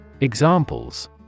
Examples